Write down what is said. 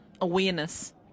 awareness